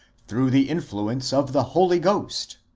through the influence of the holy ghost,